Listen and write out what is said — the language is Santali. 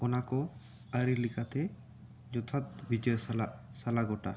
ᱚᱱᱟ ᱠᱚ ᱟᱹᱨᱤ ᱞᱮᱠᱟᱛᱮ ᱡᱚᱛᱷᱟᱛ ᱵᱤᱪᱟᱹᱨ ᱥᱟᱞᱟᱜ ᱥᱟᱞᱟ ᱜᱚᱴᱟᱜ ᱟ